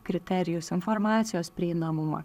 kriterijus informacijos prieinamumą